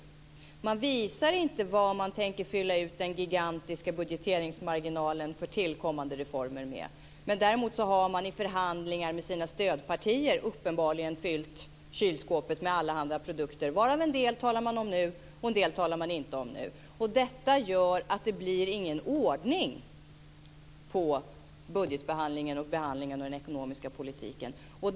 Den visar inte vad man tänker fylla ut den gigantiska budgeteringsmarginalen för tillkommande reformer med. Däremot har den i sina förhandlingar med sina stödpartier uppenbarligen fyllt kylskåpet med allehanda produkter, varav en del talar man om nu och en del talar man inte om nu. Detta gör att det inte blir någon ordning på budgetbehandlingen och behandlingen av den ekonomiska politiken.